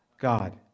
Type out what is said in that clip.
God